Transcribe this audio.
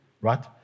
right